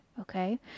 okay